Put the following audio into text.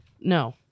No